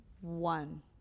One